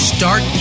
Start